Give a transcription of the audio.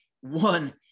one